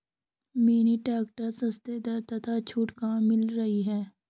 Mini tractor सस्ते दर पर तथा छूट कहाँ मिल रही है?